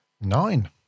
nine